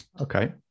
Okay